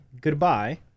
Goodbye